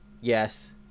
yes